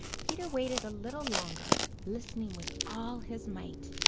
peter waited a little longer, listening with all his might.